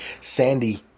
sandy